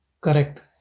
correct